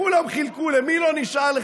לכולם חילקו, ולמי לא נשאר?